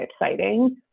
exciting